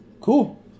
cool